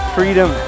freedom